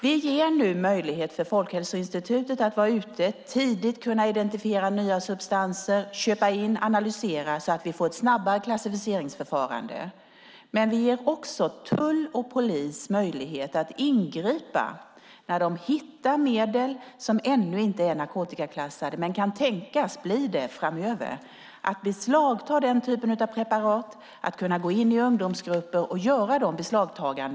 Vi ger nu möjlighet för Folkhälsoinstitutet att tidigt kunna köpa in, analysera och identifiera nya substanser så att vi får ett snabbare klassificeringsförfarande. Vi ger också tull och polis möjlighet att ingripa när de hittar medel som ännu inte är narkotikaklassade men kan tänkas bli det framöver. De ska kunna gå in i ungdomsgrupper och beslagta den typen av preparat.